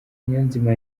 niyonzima